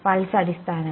pulse അടിസ്ഥാനം